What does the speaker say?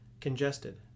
Congested